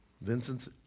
Vincent